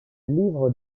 livre